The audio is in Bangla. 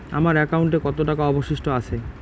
আমার একাউন্টে কত টাকা অবশিষ্ট আছে?